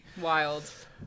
Wild